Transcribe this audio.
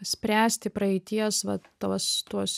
spręsti praeities va tuos tuos